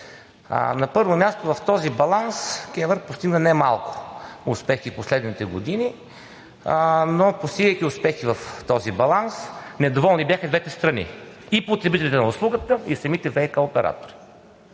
На първо място, в този баланс КЕВР постигна немалко успехи в последните години, но постигайки успехи в този баланс, недоволни бяха и двете страни – и потребителите на услугата, и самите ВиК оператори.